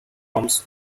comes